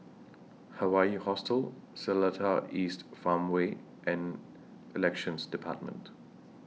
Hawaii Hostel Seletar East Farmway and Elections department